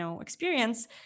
experience